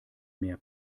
mehr